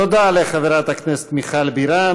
תודה לחברת הכנסת מיכל בירן.